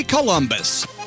Columbus